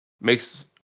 makes